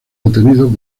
detenidos